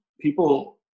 people